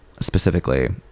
specifically